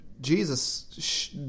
Jesus